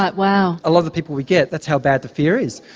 but wow. a lot of the people we get, that's how bad the fear is.